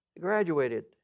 graduated